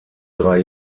drei